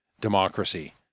democracy